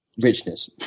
richness.